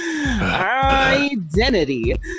identity